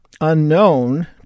unknown